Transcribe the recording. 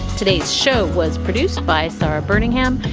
today's show was produced by sara birmingham.